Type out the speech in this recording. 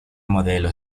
modelo